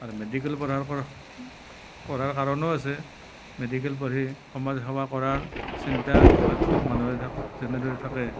আৰু মেডিকেল কৰাৰ কৰাৰ কাৰণো আছে মেডিকেল পঢ়ি সমাজ সেৱা কৰাৰ চিন্তা প্ৰত্যেক মানুহৰে তেনেদৰে থাকে